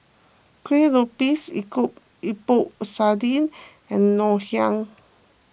Kuih Lopes Epok Epok Sardin and Ngoh Hiang